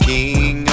King